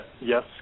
yes